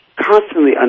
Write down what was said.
Constantly